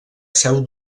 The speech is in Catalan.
seu